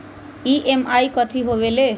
EMI कथी होवेले?